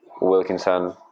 Wilkinson